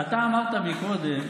אתה אמרת קודם,